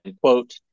quote